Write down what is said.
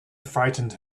frightened